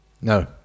No